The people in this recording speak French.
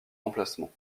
emplacement